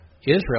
Israel